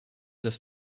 das